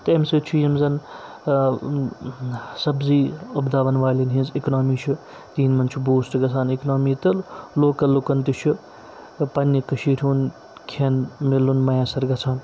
تہٕ امہِ سۭتۍ چھِ یِم زَن سبزی وۄپداوَن والٮ۪ن ہِنٛز اِکنامی چھِ تہٕ یِمن چھُ بوٗسٹ گژھان اِکنامی تہٕ لوکَل لُکَن تہِ چھُ پنٛنہِ کٔشیٖرِ ہُنٛد کھٮ۪ن مِلُن میثر گژھان